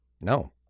No